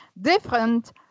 different